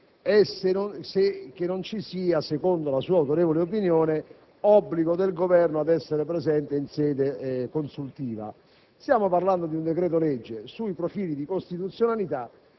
è che non ci sia, secondo la sua autorevole opinione, obbligo del Governo ad essere presente in sede consultiva. Stiamo parlando di un decreto-legge; sui profili di costituzionalità